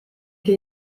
che